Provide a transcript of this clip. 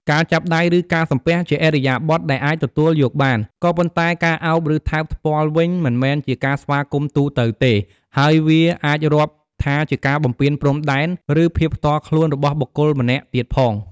ការចាប់ដៃ ឬ ការសំពះជាឥរិយាបថដែលអាចទទួកយកបាន ក៏ប៉ុន្តែការអោប ឬ ថើបថ្ពាល់វិញមិនមែនជាការស្វាគមន៍ទូទៅទេ ហើយវាអាចរាប់ថាជាការបំពានព្រំដែន ឬ ភាពផ្ទាល់ខ្លួនរបស់បុគ្គលម្នាក់ទៀតផង។